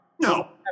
No